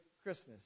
Christmas